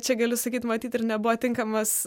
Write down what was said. čia gali sakyti matyt ir nebuvo tinkamas